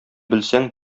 белсәң